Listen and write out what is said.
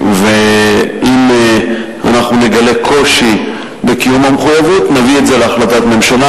ואם אנחנו נגלה קושי בקיום המחויבות נביא את זה להחלטת ממשלה,